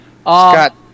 Scott